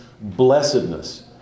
blessedness